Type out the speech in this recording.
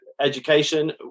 education